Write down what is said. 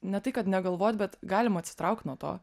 ne tai kad negalvot bet galim atsitraukt nuo to